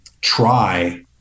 try